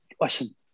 listen